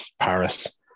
Paris